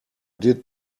did